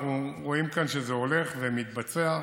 אנחנו רואים כאן שזה הולך ומתבצע,